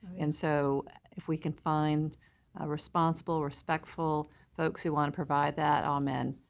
and so if we can find responsible, respectful folks who want to provide that, amen,